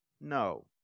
No